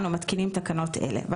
אנו מתקינים תקנות אלה: